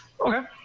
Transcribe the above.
Okay